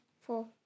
four